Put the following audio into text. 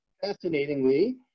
fascinatingly